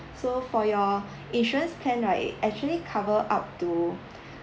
so for your insurance plan right it actually cover up to